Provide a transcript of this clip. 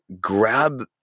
grab